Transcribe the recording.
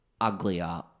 uglier